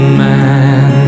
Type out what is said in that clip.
man